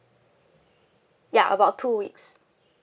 ya about two weeks